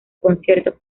conciertos